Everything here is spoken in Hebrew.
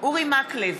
אורי מקלב,